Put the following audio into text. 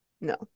No